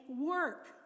work